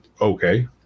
okay